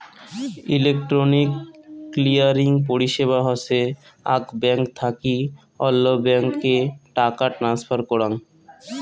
electronic clearing পরিষেবা হসে আক ব্যাঙ্ক থাকি অল্য ব্যাঙ্ক এ টাকা ট্রান্সফার করাঙ